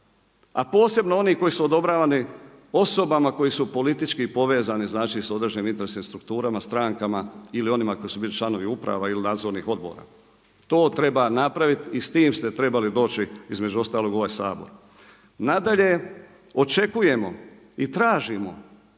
a posebno onih koji su odobravani osobama koji su politički povezani znači sa određenim interesnim strukturama strankama ili onima koji su bili članovi uprava ili nadzornih odbora. To treba napraviti i s time ste trebali doći između ostalog u ovaj Sabor. Nadalje, očekujemo i tražimo,